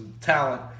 talent